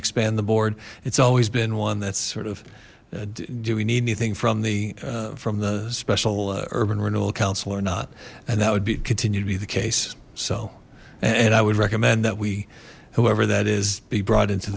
expand the board it's always been one that's sort of do we need anything from the from the special urban renewal council or not and that would be continue to be the case so and i would recommend that we however that is be brought into